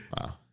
Wow